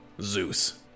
zeus